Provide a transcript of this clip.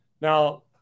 Now